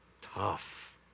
tough